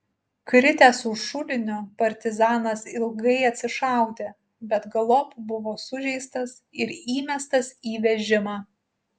kritęs už šulinio partizanas ilgai atsišaudė bet galop buvo sužeistas ir įmestas į vežimą